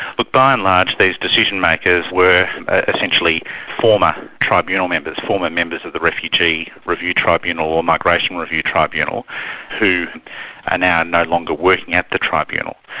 look by and large these decision-makers were essentially former tribunal members, former members of the refugee review tribunal or migration review tribunal who are and now no longer working at the tribunal.